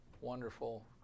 Wonderful